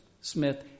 Smith